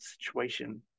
situation